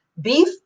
beef